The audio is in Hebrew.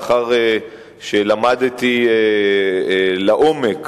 לאחר שלמדתי לעומק